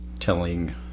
telling